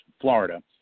Florida